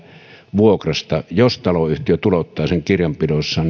vuokrasta jos taloyhtiö tulouttaa sen kirjanpidossa